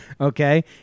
okay